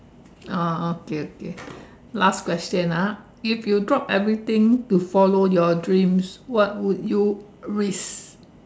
oh oh okay okay last question ah if you drop everything to follow your dreams what would you risk